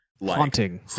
haunting